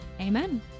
Amen